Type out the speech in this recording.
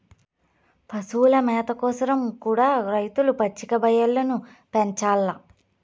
పశుల మేత కోసరం కూడా రైతులు పచ్చిక బయల్లను పెంచాల్ల